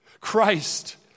Christ